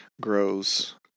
grows